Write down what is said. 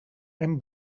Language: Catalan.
hem